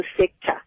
sector